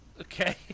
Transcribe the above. Okay